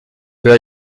peut